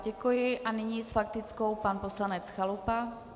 Děkuji a nyní s faktickou pan poslanec Chalupa.